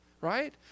Right